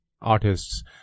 artists